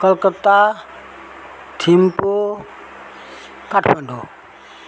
Calcutta Thimphu Kathmandu